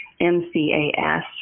MCAS